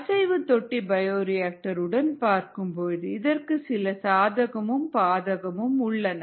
அசைவு தொட்டி பயோரிஆக்டர் உடன் பார்க்கும் பொழுது இதற்கு சில சாதகமும் பாதகமும் உள்ளன